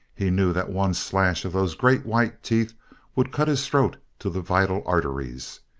he knew that one slash of those great white teeth would cut his throat to the vital arteries.